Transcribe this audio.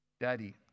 Daddy